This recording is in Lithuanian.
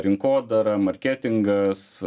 rinkodara marketingas